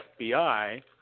FBI